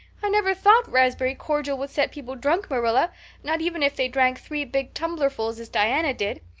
i never thought raspberry cordial would set people drunk, marilla not even if they drank three big tumblerfuls as diana did.